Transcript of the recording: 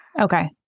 Okay